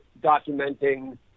documenting